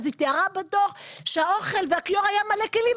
אז היא תיארה בדוח שהאוכל והכיור היה מלא כלים.